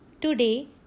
today